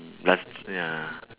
last ya